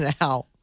now